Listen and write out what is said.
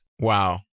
Wow